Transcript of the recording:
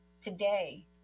today